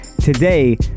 today